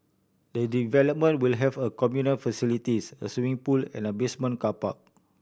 the development will have a communal facilities a swimming pool and a basement car park